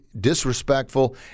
disrespectful